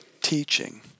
teaching